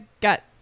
got